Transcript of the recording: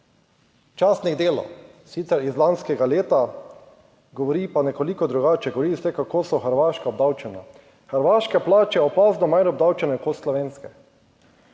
Časnik Delo sicer iz lanskega leta, govori pa nekoliko drugače. Govorili ste, kako so Hrvaška obdavčena, hrvaške plače opazno manj obdavčene kot slovenske.